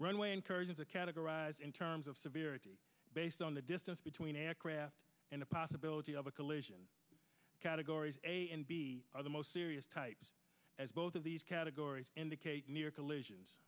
runway incursions a categorized in terms of severe based on the distance between aircraft and the possibility of a collision categories are the most serious types as both of these categories indicate near collisions